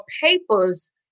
papers